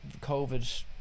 COVID